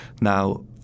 Now